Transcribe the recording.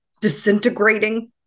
disintegrating